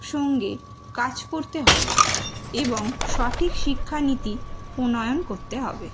সঙ্গে কাজ করতে হবে এবং সঠিক শিক্ষানীতি প্রণয়ন করতে হবে